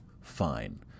Fine